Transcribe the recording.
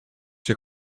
się